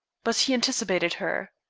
but he anticipated her.